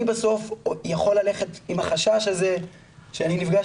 אני בסוף יכול ללכת עם החשש הזה שאני נפגש